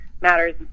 matters